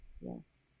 Yes